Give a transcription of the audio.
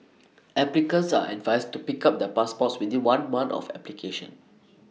applicants are advised to pick up their passports within one month of application